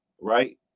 right